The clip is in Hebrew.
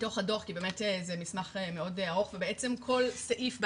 מתוך הדו"ח כי זה באמת מסמך מאוד ארוך ובעצם כל סעיף באמנה,